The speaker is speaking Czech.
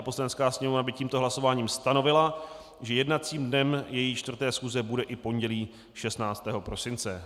Poslanecká sněmovna by tímto hlasováním stanovila, že jednacím dnem její 4. schůze bude i pondělí 16. prosince.